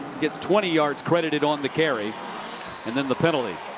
gets twenty yards credited on the carry and then the penalty.